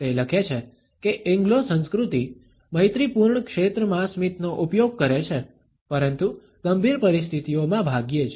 તે લખે છે કે એંગ્લો સંસ્કૃતિ મૈત્રીપૂર્ણ ક્ષેત્રમાં સ્મિતનો ઉપયોગ કરે છે પરંતુ ગંભીર પરિસ્થિતિઓમાં ભાગ્યે જ